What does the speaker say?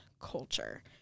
culture